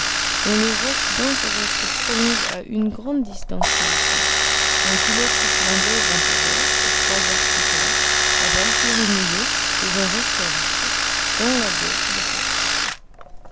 dont les roches dangereuses se prolongent à une grande distance sous les flots un pilote islandais vint à bord et trois heures plus tard la valkyrie mouillait devant reykjawik dans la baie de faxa